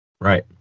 Right